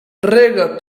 rega